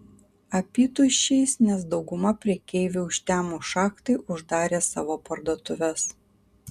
apytuščiais nes dauguma prekeivių užtemus šachtai uždarė savo parduotuves